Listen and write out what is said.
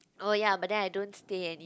oh ya but then I don't stay any